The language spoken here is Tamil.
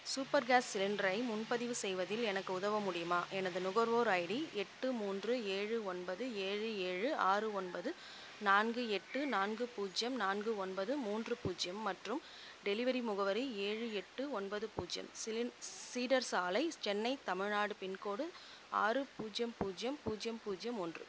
சூப்பர் கேஸ் சிலிண்டரை முன்பதிவு செய்வதில் எனக்கு உதவ முடியுமா எனது நுகர்வோர் ஐடி எட்டு மூன்று ஏழு ஒன்பது ஏழு ஏழு ஆறு ஒன்பது நான்கு எட்டு நான்கு பூஜ்யம் நான்கு ஒன்பது மூன்று பூஜ்யம் மற்றும் டெலிவரி முகவரி ஏழு எட்டு ஒன்பது பூஜ்யம் சிலின் சீடர் சாலை சென்னை தமிழ்நாடு பின்கோடு ஆறு பூஜ்யம் பூஜ்யம் பூஜ்யம் பூஜ்யம் ஒன்று